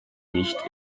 nicht